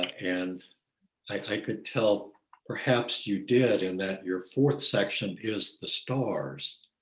and i could tell perhaps you did and that your fourth section is the stars.